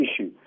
issue